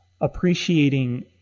appreciating